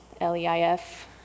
l-e-i-f